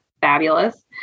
fabulous